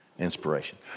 Inspiration